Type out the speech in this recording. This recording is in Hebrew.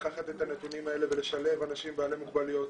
לקחת את הנתונים האלה ולשלב אנשים בעלי מוגבלויות